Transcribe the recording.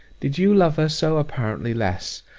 did you love her so apparently less,